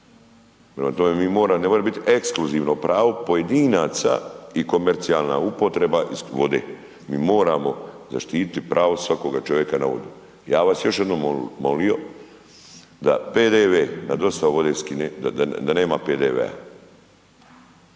ne mora biti ekskluzivno pravo pojedinaca i komercijalna upotreba vode, mi moramo zaštiti pravo svakoga čovjeka na vodu. Ja bih vas još jednom molio da PDV